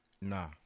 Nah